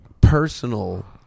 personal